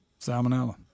Salmonella